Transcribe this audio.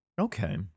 Okay